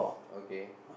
okay